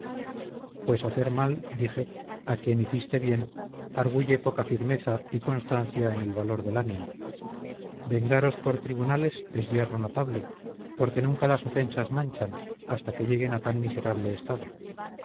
pues hacer mal dije al quien hiciste bien arguye poca firmeza y constancia en el valor del ánimo vengaros por tribunales es yerro notable porque nunca las ofensas manchan hasta que lleguen a tan miserable estado